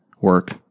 work